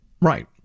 Right